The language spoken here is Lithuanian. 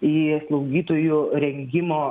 į slaugytojų rengimo